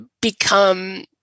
become